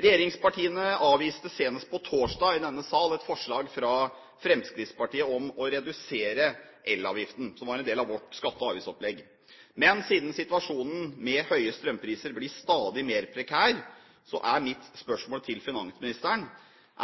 Regjeringspartiene avviste senest på torsdag i denne sal et forslag fra Fremskrittspartiet om å redusere elavgiften, som var en del av vårt skatte- og avgiftsopplegg. Men siden situasjonen med høye strømpriser blir stadig mer prekær, er mitt spørsmål til finansministeren: